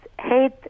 hate